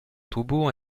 tombeau